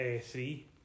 three